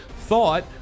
thought